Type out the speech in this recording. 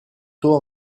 tôt